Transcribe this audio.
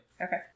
Okay